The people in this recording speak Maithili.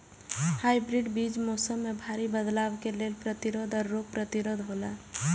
हाइब्रिड बीज मौसम में भारी बदलाव के लेल प्रतिरोधी और रोग प्रतिरोधी हौला